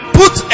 put